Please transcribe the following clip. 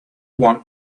want